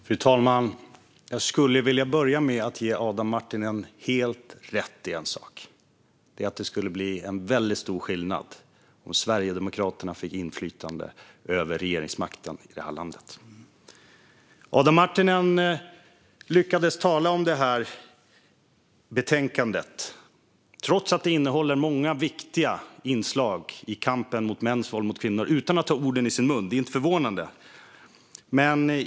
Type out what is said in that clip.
Fru talman! Jag skulle vilja börja med att ge Adam Marttinen helt rätt i en sak: Det skulle bli en väldigt stor skillnad om Sverigedemokraterna fick inflytande över regeringsmakten i det här landet. Trots att detta betänkande innehåller många viktiga inslag i kampen mot mäns våld mot kvinnor lyckades Adam Marttinen tala om det utan att ta orden i sin mun. Det är inte förvånande.